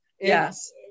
Yes